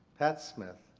pat smith.